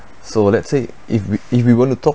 so let's say if we if we want to talk